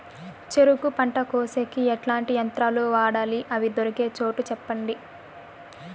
చెరుకు పంట కోసేకి ఎట్లాంటి యంత్రాలు వాడాలి? అవి దొరికే చోటు చెప్పండి?